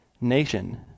nation